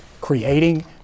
creating